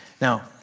Now